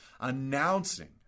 announcing